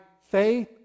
faith